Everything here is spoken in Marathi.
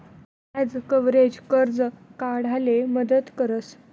व्याज कव्हरेज, कर्ज काढाले मदत करस